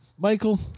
Michael